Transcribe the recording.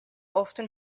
often